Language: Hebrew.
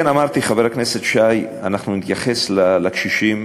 כן, אמרתי, חבר הכנסת שי, נתייחס לקשישים.